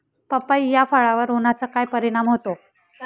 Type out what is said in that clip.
पपई या फळावर उन्हाचा काय परिणाम होतो?